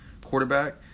quarterback